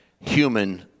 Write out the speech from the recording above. human